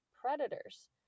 predators